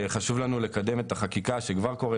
שחשוב לנו לקדם את החקיקה שכבר קוראת